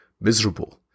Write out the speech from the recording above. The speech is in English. miserable